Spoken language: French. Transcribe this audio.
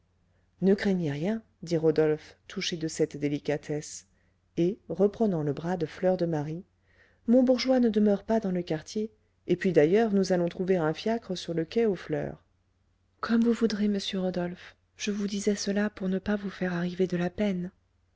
ne craignez rien dit rodolphe touché de cette délicatesse et reprenant le bras de fleur de marie mon bourgeois ne demeure pas dans le quartier et puis d'ailleurs nous allons trouver un fiacre sur le quai aux fleurs comme vous voudrez monsieur rodolphe je vous disais cela pour ne pas vous faire arriver de la peine